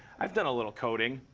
i've done a little coding.